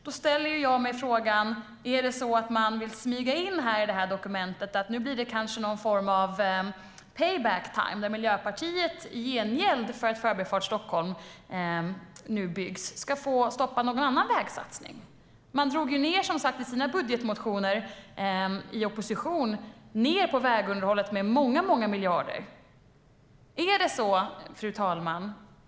Jag ställer mig då frågan: Vill man i detta dokument smyga in någon form av payback time där Miljöpartiet när Förbifart Stockholm nu byggs i gengäld får stoppa någon annan vägsatsning? Miljöpartiet drog som sagt i opposition i sina budgetmotioner ned på vägunderhållet med många, många miljarder. Fru talman!